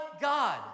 God